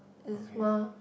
is more